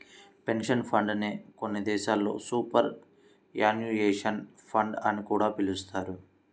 pension fund నే కొన్ని దేశాల్లో సూపర్ యాన్యుయేషన్ ఫండ్ అని కూడా పిలుస్తారు